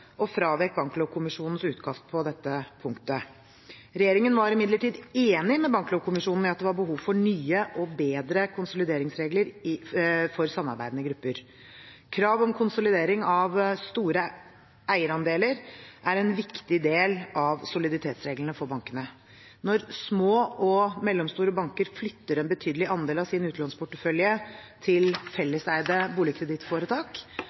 og fravek Banklovkommisjonens utkast på dette punktet. Regjeringen var imidlertid enig med Banklovkommisjonen i at det var behov for nye og bedre konsolideringsregler for samarbeidende grupper. Krav om konsolidering av store eierandeler er en viktig del av soliditetsreglene for banker. Når små og mellomstore banker flytter en betydelig andel av sin utlånsportefølje til felleseide boligkredittforetak,